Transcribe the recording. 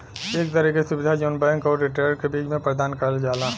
एक तरे क सुविधा जौन बैंक आउर रिटेलर क बीच में प्रदान करल जाला